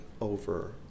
over